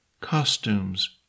Costumes